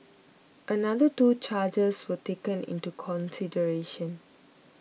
another two charges were taken into consideration